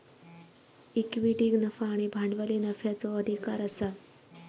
इक्विटीक नफा आणि भांडवली नफ्याचो अधिकार आसा